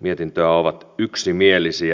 mietintöä ovat yksimielisiä